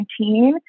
2019